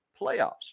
playoffs